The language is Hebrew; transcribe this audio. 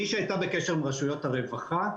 מי שהייתה בקשר עם רשויות הרווחה,